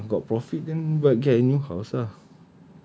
sell more ah got profit then buat get a new house ah